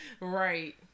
right